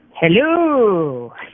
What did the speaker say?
Hello